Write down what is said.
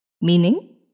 meaning